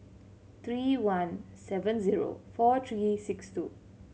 three one seven zero four three six two